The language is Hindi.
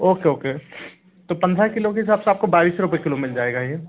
ओके ओके तो पंद्रह किलो के हिसाब से बाईस रुपय किलो मिल जाएगा ये